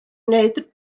wneud